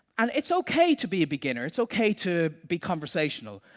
and it's okay to be a beginner, it's okay to be conversational,